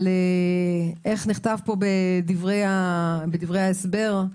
אבל איך נכתב פה בדברי ההסבר,